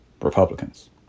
Republicans